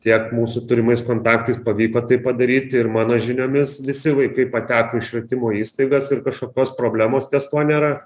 tiek mūsų turimais kontaktais pavyko tai padaryt ir mano žiniomis visi vaikai pateko į švietimo įstaigas ir kažkokios problemos ties tuo nėra